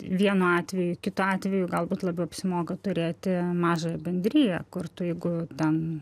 vienu atveju kitu atveju galbūt labiau apsimoka turėti mažąją bendriją kur tu jeigu ten